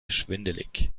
schwindelig